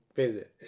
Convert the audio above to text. visit